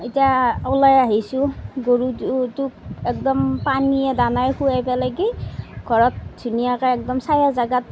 এতিয়া ওলাই আহিছোঁ গৰুটো টোক একদম পানীয়ে দানায়ে খুৱাই পেলাই কি ঘৰত ধুনীয়াকৈ একদম ছায়া জাগাত